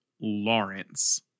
Lawrence